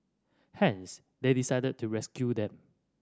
hence they decided to rescue them